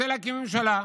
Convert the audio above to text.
רוצה להקים ממשלה.